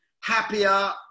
happier